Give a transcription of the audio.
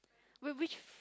wait which f~